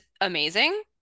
amazing